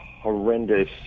horrendous